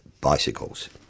bicycles